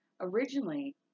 originally